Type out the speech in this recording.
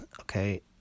okay